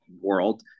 world